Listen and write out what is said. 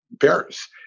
Paris